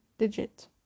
digit